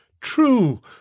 True